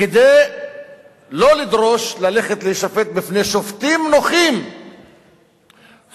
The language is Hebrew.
כדי שלא לדרוש ללכת להישפט בפני שופטים נוחים בנצרת.